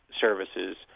services